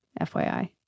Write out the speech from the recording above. FYI